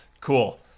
cool